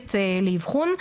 מדויקת לאבחון,